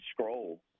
scroll